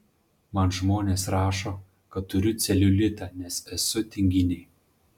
man žmonės rašo kad turiu celiulitą nes esu tinginė